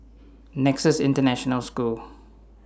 Nexus International School